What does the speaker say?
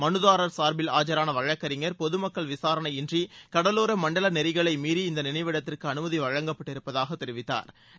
மனுதாரர் சார்பில் ஆஜரான வழக்கறிஞர் பொதுமக்கள் விசாரணையின்றி கடலோர மண்டல நெறிகளை மீறி இந்த நினைவிடத்திற்கு அனுமதி வழங்கப்பட்டிருப்பதாக தெரிவித்தாா்